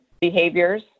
behaviors